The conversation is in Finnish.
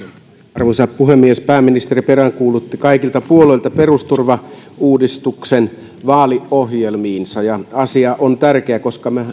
arvoisa puhemies pääministeri peräänkuulutti kaikilta puolueilta perusturvauudistuksen vaaliohjelmiinsa ja asia on tärkeä koska me